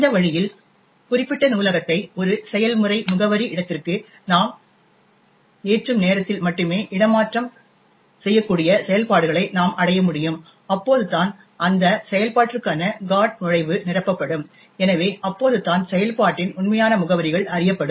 இந்த வழியில் குறிப்பிட்ட நூலகத்தை ஒரு செயல்முறை முகவரி இடத்திற்கு ஏற்றும் நேரத்தில் மட்டுமே இடமாற்றம் செய்யக்கூடிய செயல்பாடுகளை நாம் அடைய முடியும் அப்போதுதான் அந்த செயல்பாட்டிற்கான GOT நுழைவு நிரப்பப்படும் எனவே அப்போதுதான் செயல்பாட்டின் உண்மையான முகவரிகள் அறியப்படும்